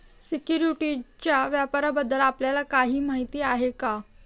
सिक्युरिटीजच्या व्यापाराबद्दल आपल्याला काही माहिती आहे का?